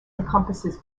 encompasses